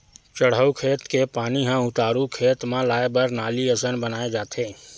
चड़हउ खेत के पानी ह उतारू के खेत म लाए बर नाली असन बनाए जाथे